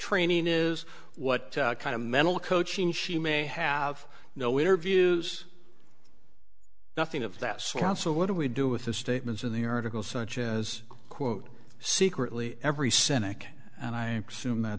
training is what kind of mental coaching she may have no interviews nothing of that sort out so what do we do with the statements in the article such as quote secretly every cynic and i assume that